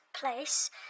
place